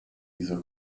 dieser